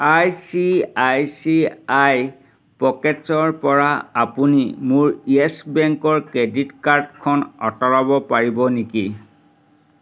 I C I C I পকেটছ্ৰ পৰা আপুনি মোৰ য়েছ বেংকৰ ক্ৰেডিট কাৰ্ডখন আঁতৰাব পাৰিব নেকি